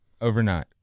overnight